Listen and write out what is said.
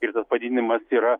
ir tas padidinimas yra